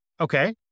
Okay